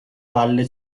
valle